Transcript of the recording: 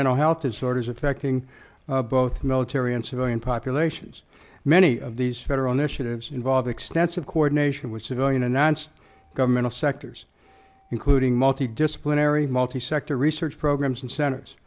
mental health disorders affecting both military and civilian populations many of these federal initiatives involve extensive coordination with civilian announced governmental sectors including multi disciplinary multi sector research programs and cent